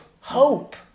hope